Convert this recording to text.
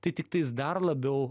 tai tiktais dar labiau